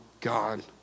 God